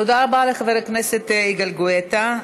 תודה רבה לחבר הכנסת יגאל גואטה.